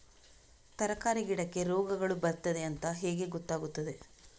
ತರಕಾರಿ ಗಿಡಕ್ಕೆ ರೋಗಗಳು ಬರ್ತದೆ ಅಂತ ಹೇಗೆ ಗೊತ್ತಾಗುತ್ತದೆ?